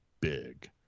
big